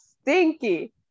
stinky